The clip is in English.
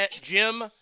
Jim